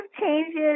changes